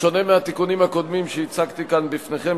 בשונה מהתיקונים הקודמים שהצגתי בפניכם,